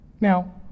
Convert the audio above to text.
Now